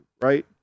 right